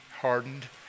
hardened